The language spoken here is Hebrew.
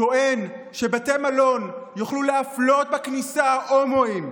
טוען שבתי מלון יוכלו להפלות בכניסה הומואים,